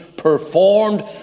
performed